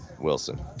Wilson